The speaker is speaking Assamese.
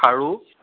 খাৰু